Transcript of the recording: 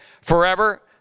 forever